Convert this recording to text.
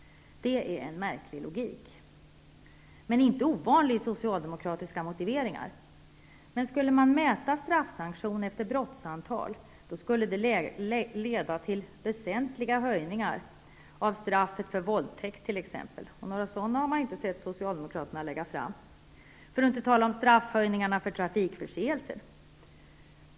Det är en märklig logik, men inte ovanlig i socialdemokratiska motiveringar. Skulle man mäta straffsanktion efter brottsantal skulle det leda till väsentliga höjningar av straffet för våldtäkt t.ex., och några sådana har man inte sett Socialdemokraterna lägga fram förslag om, för att inte tala om straffhöjningarna för trafikförseelser.